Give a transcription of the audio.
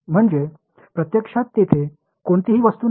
म्हणजे प्रत्यक्षात तेथे कोणतीही वस्तू नाही